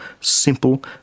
simple